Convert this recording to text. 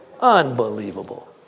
Unbelievable